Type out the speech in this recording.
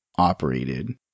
operated